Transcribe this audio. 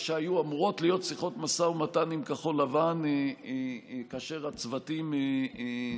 שהיו אמורות להיות שיחות משא ומתן עם כחול לבן כאשר הצוותים נפגשו,